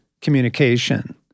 communication